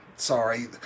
sorry